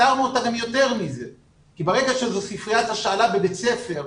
פתרנו אותה גם יותר מזה כי ברגע שזו ספריית השאלה בבית ספר,